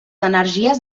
energies